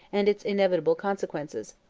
and its inevitable consequences.